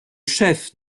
chef